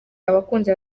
abakunzi